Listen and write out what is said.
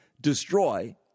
destroy